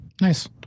Nice